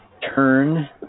turn